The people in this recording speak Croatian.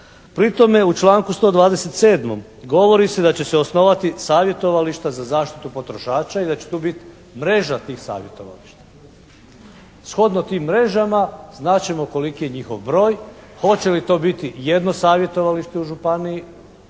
Pri tome u članku 127. govori se da će se osnovati savjetovališta za zaštitu potrošača i da će tu biti mreža tih savjetovališta. Shodno tim mrežama znat ćemo koliki je njihov broj, hoće li to biti jedno savjetovalište u županiji